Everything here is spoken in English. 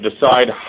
decide